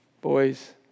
boys